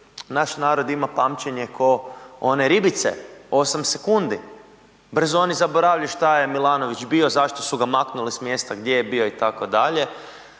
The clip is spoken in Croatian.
naš narod ima pamćenje ko one ribice, 8 sekundi, brzo oni zaboravljaju što je Milanović bio zašto su ga manuli s mjesta gdje je bio itd.